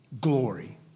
Glory